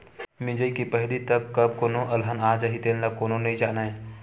मिजई के पहिली तक कब कोनो अलहन आ जाही तेन ल कोनो नइ जानय